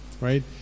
right